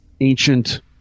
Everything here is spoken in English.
ancient